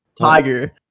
Tiger